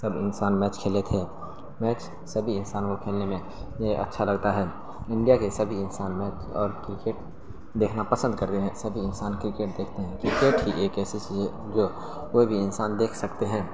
سب انسان میچ کھیلے تھے میچ سبھی انسانوں کے کھیلنے میں اچھا لگتا ہے انڈیا کے سبھی انسان میچ اور کرکٹ دیکھنا پسند کر رہے ہیں سبھی انسان کرکٹ دیکھتے ہیں کرکٹ ہی ایک ایسی جو کوئی بھی انسان دیکھ سکتے ہیں